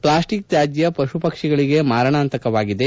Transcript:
plastic ತ್ತಾಜ್ಯ ವಶುಪಕ್ಷಿಗಳಿಗೆ ಮಾರಣಾಂತಿಕವಾಗಿದೆ